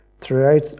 throughout